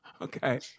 okay